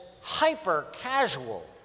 hyper-casual